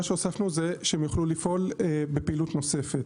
מה שהוספנו זה שהם יוכלו לפעול בפעילות נוספת.